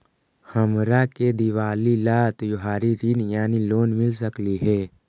हमरा के दिवाली ला त्योहारी ऋण यानी लोन मिल सकली हे?